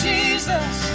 Jesus